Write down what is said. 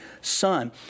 son